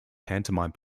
pantomime